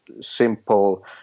simple